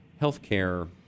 healthcare